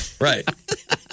Right